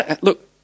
Look